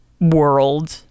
world